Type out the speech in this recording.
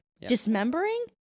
Dismembering